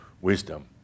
wisdom